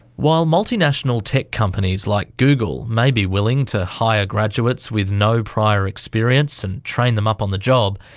while multinational tech companies like google may be willing to hire graduates with no prior experience and train them up on the job,